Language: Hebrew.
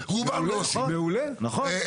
נכון.